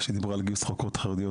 כשדיברו על גיוס חוקרות חרדיות,